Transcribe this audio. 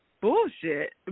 bullshit